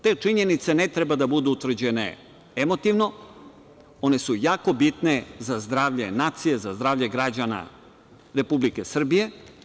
Te činjenice ne treba da budu utvrđene emotivno, one su jako bitne za zdravlje nacije, za zdravlje građana Republike Srbije.